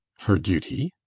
her duty?